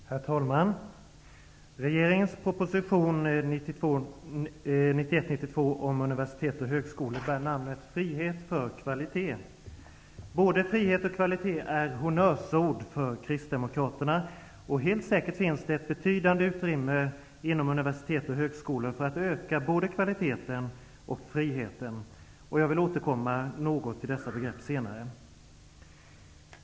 Herr talman! Regeringens proposition 1992/93:1 om universitet och högskolor bär namnet Frihet för kvalitet. Både frihet och kvalitet är honnörsord för Kristdemokraterna. Och helt säkert finns det ett betydande utrymme inom universitet och högskolor för att öka både kvaliteten och friheten. Jag vill senare återkomma till och säga något om dessa begrepp.